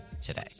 today